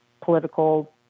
political